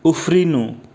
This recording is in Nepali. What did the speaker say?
उफ्रिनु